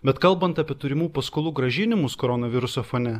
bet kalbant apie turimų paskolų grąžinimus koronaviruso fone